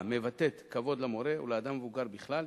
מבטאת כבוד למורה ולאדם מבוגר בכלל,